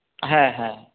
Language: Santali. ᱦᱮᱸ ᱦᱮᱸ